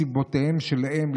מסיבותיהם שלהם,